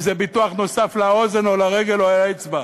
אם זה ביטוח נוסף לאוזן או לרגל או לאצבע,